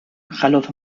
خلاف